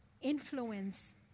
influence